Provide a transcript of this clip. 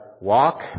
walk